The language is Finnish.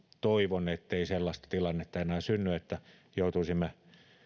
toivon ettei sellaista tilannetta enää synny että joutuisimme